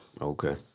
Okay